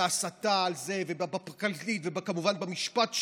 בהסתה על זה, וכמובן במשפט שלו.